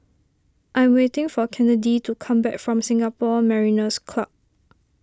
I'm waiting for Kennedi to come back from Singapore Mariners' Club